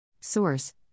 Source